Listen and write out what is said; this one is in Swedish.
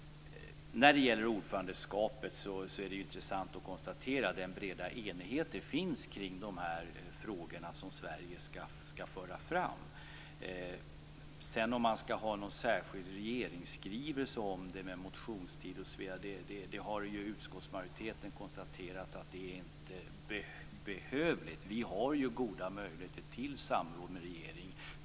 Det är intressant att konstatera att det finns en bred enighet kring de frågor som Sverige skall föra fram under ordförandeskapet. Utskottsmajoriteten har konstaterat att det inte behövs någon särskild regeringsskrivelse med motionstid osv. Vi har goda möjligheter till samråd med regeringen.